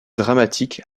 dramatique